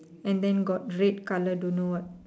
and then got red colour don't know what